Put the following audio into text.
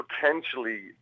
potentially